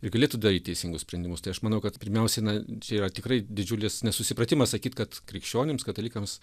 ir galėtų daryt teisingus sprendimus tai aš manau kad pirmiausiai na čia yra tikrai didžiulis nesusipratimas sakyt kad krikščionims katalikams